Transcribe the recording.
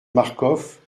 marcof